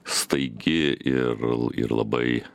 staigi ir ir labai